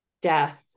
death